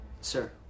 Sir